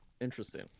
interesting